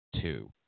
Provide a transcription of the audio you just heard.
two